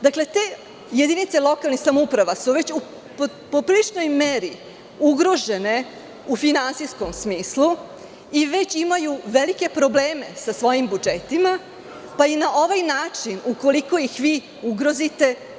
Dakle, te jedinice lokalnih samouprava su već u popriličnoj meri ugrožene u finansijskom smislu i već imaju velike probleme sa svojim budžetima, pa i na ovaj način, ukoliko ih vi ugrozite.